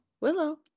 Willow